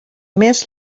més